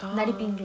(uh huh)